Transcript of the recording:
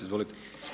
Izvolite.